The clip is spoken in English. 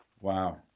Wow